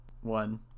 one